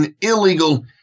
illegal